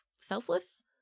selfless